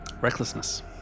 Recklessness